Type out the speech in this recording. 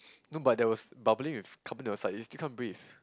no but there was bubbling with carbon dioxide it's you still can't breathe